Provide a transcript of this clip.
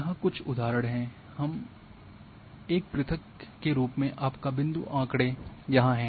यहाँ कुछ उदाहरण हैं एक पृथक रूप में आपका बिंदु आँकड़ों यहाँ है